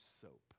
soap